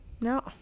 No